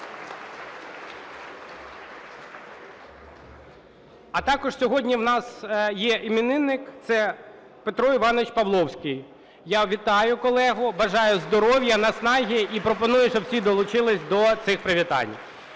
А також сьогодні у нас є іменинник, це Петро Іванович Павловський. Я вітаю колегу, бажаю здоров'я, наснаги. І пропоную, щоб всі долучились до цих привітань.